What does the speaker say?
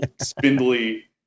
spindly